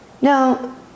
no